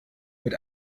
mit